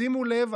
שימו לב,